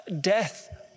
Death